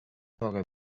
toga